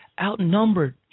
outnumbered